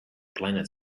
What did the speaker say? planet